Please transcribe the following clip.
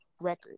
record